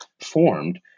formed